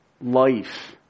life